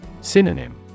Synonym